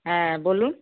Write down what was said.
হ্যাঁ বলুন